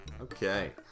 Okay